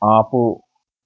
ఆపు